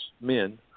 men